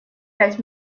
пять